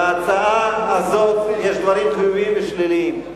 בהצעה הזאת יש דברים חיוביים ושליליים.